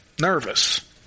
nervous